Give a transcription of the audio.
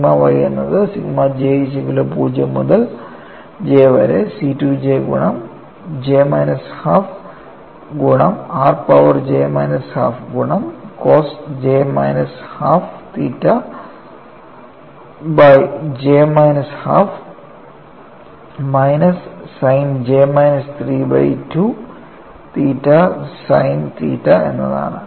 sigma y എന്നത് sigma j0 മുതൽ J വരെ C 2j ഗുണം j മൈനസ് ഹാഫ് ഗുണം r power j minus half ഗുണം cos j minus half theta by j minus half minus sine j minus 3 by 2 theta sine theta എന്നതാണ്